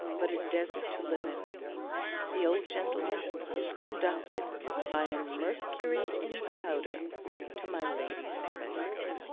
but a desert to live in the old gentleman is conducted by a mercury in powder to my lady's presence.